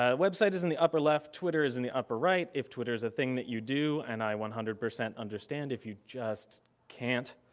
ah website is in the upper left, twitter is in the upper right if twitter is a thing that you do and i one hundred percent understand if you just can't.